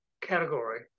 category